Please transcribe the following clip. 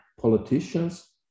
politicians